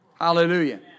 Hallelujah